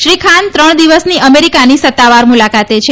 શ્રી ખાન ત્રણ દિવસની અમેરિકાની સત્તાવાર મુલાકાતે છે